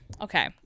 okay